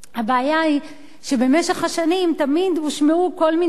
הבעיה היא שבמשך השנים תמיד הושמעו כל מיני